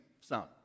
sound